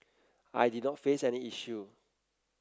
I did not face any issue